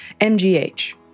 MGH